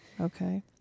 Okay